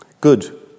good